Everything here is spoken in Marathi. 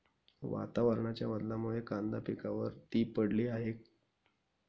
वातावरणाच्या बदलामुळे कांदा पिकावर ती पडली आहे